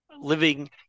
living